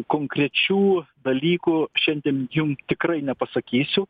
konkrečių dalykų šiandien jum tikrai nepasakysiu